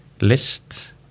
list